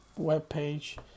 webpage